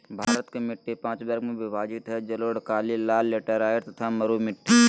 भारत के मिट्टी पांच वर्ग में विभाजित हई जलोढ़, काली, लाल, लेटेराइट तथा मरू मिट्टी